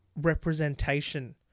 representation